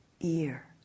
ear